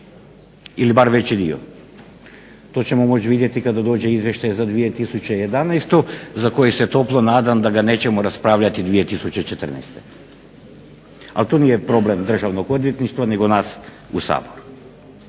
ili bar veći dio, to ćemo moći vidjeti kada dođe izvještaj za 2011. za koji se toplo nadam da ga nećemo raspravljati 2014. Ali to nije problem državnog odvjetništva nego nas u Saboru.